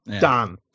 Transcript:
Done